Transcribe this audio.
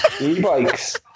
E-bikes